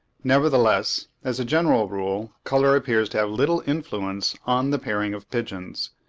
nevertheless, as a general rule, colour appears to have little influence on the pairing of pigeons.